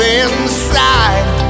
inside